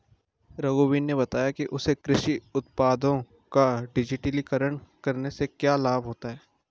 रघुवीर ने बताया कि उसे कृषि उत्पादों का डिजिटलीकरण करने से क्या लाभ होता है